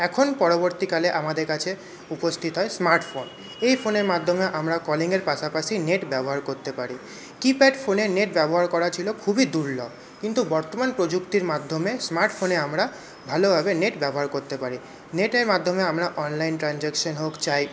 এখন পরবর্তীকালে আমাদের কাছে উপস্থিত হয় স্মার্টফোন এই ফোনের মাধ্যমে আমরা কলিংয়ের পাশাপাশি নেট ব্যবহার করতে পারি কিপ্যাড ফোনে নেট ব্যবহার করা ছিলো খুবই দুর্লভ কিন্তু বর্তমান প্রযুক্তির মাধ্যমে স্মার্টফোনে আমরা ভালোভাবে নেট ব্যবহার করতে পারি নেটের মাধ্যমে আমরা অনলাইন ট্রানজাকশন হোক চাই